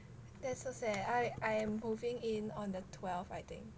that's so sad I I am moving in on the twelfth I think